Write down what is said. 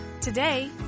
Today